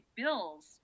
bills